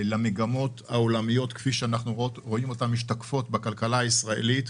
למגמות העולמיות כפי שאנחנו רואים אותן משתקפות בכלכלה הישראלית.